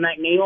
McNeil